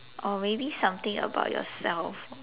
or maybe something about yourself